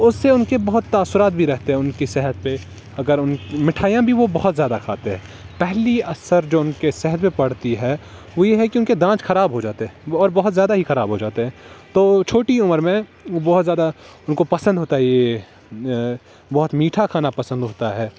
اس سے ان کے بہت تاثرات بھی رہتے ہیں ان کی صحت پہ اگر ان مٹھائیاں بھی وہ بہت زیادہ کھاتے ہیں پہلی اثر جو ان کے صحت پر پڑتی ہے وہ یہ ہے کہ ان کے دانت خراب ہو جاتے ہیں اور بہت زیادہ ہی خراب ہو جاتے ہیں تو چھوٹی عمر میں وہ بہت زیادہ ان کو پسند ہوتا ہے یہ بہت میٹھا کھانا پسند ہوتا ہے